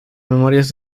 memorias